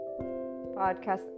podcast